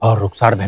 ah ruksaar. and